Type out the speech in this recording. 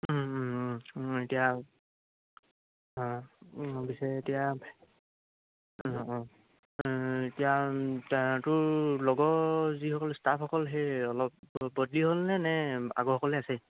এতিয়া অঁ পিছে এতিয়া অঁ অঁ তোৰ লগৰ যিসকল ষ্টাফসকল সেই অলপ বদলি হ'লনে নে আগৰসকলে আছেই